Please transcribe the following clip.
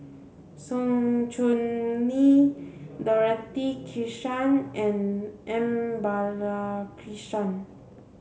Sng Choon Yee Dorothy Krishnan and M Balakrishnan